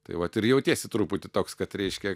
tai vat ir jautiesi truputį toks kad reiškia